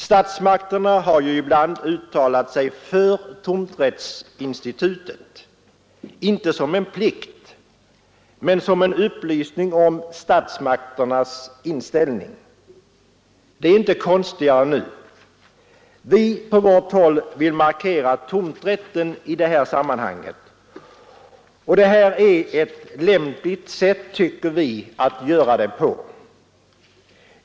Statsmakterna har ibland uttalat sig för tomträttsinstitutet, inte som en plikt men som en upplysning om statsmakternas inställning. Det är inte konstigare nu. Vi på vårt håll vill markera tomträtten i det här sammanhanget. Vi tycker att detta är ett lämpligt sätt att göra det på.